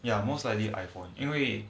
ya most likely iphone 因为